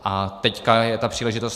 A teď je ta příležitost.